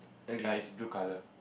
err is blue colour